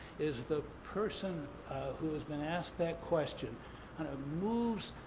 is the person who has been asked that question and ah moves,